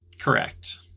Correct